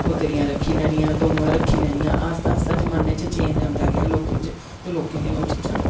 बकरियां रक्खी लैनियां गवां रक्खी लैनियां आस्ता आस्ता जमाने च चेंज आंदा गेआ लोकें ते लोकें नै ओह् चीजां